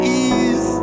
ease